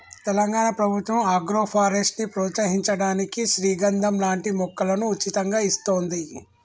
తెలంగాణ ప్రభుత్వం ఆగ్రోఫారెస్ట్ ని ప్రోత్సహించడానికి శ్రీగంధం లాంటి మొక్కలను ఉచితంగా ఇస్తోంది